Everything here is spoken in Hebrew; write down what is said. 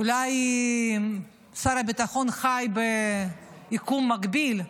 אולי שר הביטחון חי ביקום מקביל,